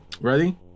ready